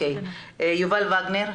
בוקר טוב.